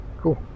cool